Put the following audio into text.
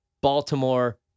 Baltimore